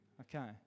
Okay